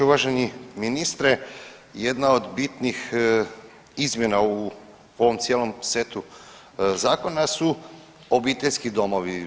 Uvaženi ministre, jedna od bitnih izmjena u ovom cijelom setu zakona su obiteljski domovi.